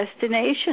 destination